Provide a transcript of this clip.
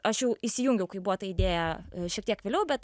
aš jau įsijungiau kai buvo ta idėja šiek tiek vėliau bet